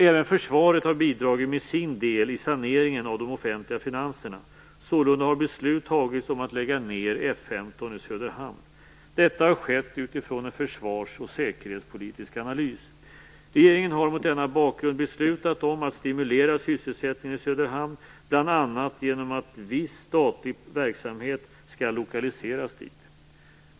Även försvaret har bidragit med sin del i saneringen av de offentliga finanserna; sålunda har beslut fattats om att lägga ned F 15 i Söderhamn. Detta har skett utifrån en försvars och säkerhetspolitisk analys. Regeringen har mot denna bakgrund beslutat om att stimulera sysselsättningen i Söderhamn, bl.a. genom att viss statlig verksamhet skall lokaliseras dit.